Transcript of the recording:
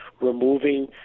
removing